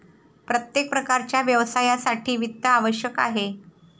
प्रत्येक प्रकारच्या व्यवसायासाठी वित्त आवश्यक आहे